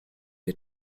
wie